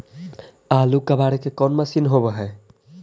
आलू कबाड़े के कोन मशिन होब है?